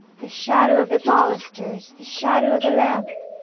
the shadow of the balusters, the shadow of the lamp,